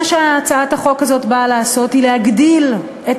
מה שהצעת החוק הזאת באה לעשות הוא להגדיל את